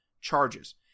charges